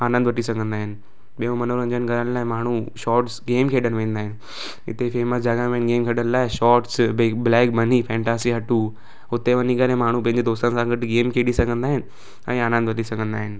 आनंद वठी सघंदा आहिनि ॿियो मनोरंजन करण लाइ माण्हू शॉट्स गेम खेॾण वेंदा आहिनि हिते फैमस जॻाह में गेम खेॾण लाइ shorts big black money Fantasia two हुते वञी करे माण्हू पंहिंजे दोस्तनि सां गॾु गेम खेॾी सघंदा आहिनि ऐं आनंद वठी सघंदा आहिनि